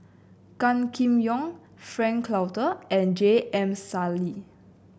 Gan Kim Yong Frank Cloutier and J M Sali